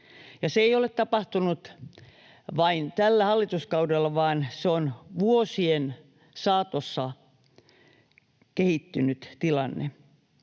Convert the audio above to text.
Se ei ole tapahtunut vain tällä hallituskaudella, vaan se on vuosien saatossa kehittynyt tilanne.